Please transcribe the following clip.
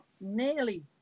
nearly